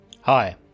Hi